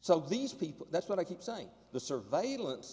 so these people that's what i keep saying the surveillance